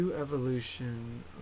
Evolution